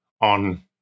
on